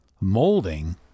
molding